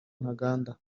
ntaganda